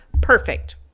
Perfect